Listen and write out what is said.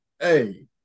Hey